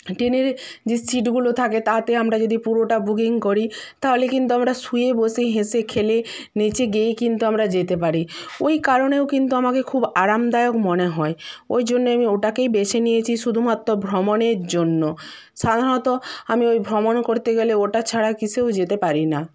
ট্রেনের যে সিটগুলো থাকে তাতে আমরা যদি পুরোটা বুকিং করি তাহলে কিন্তু আমরা শুয়ে বসেই হেসে খেলে নেচে গেয়ে কিন্তু আমরা যেতে পারি ওই কারণেও কিন্তু আমাকে খুব আরামদায়ক মনে হয় ওই জন্যে আমি ওটাকেই বেছে নিয়েছি শুধুমাত্র ভ্রমণের জন্য সাধারণত আমি ওই ভ্রমণ করতে গেলে ওটা ছাড়া কিসেও যেতে পারি না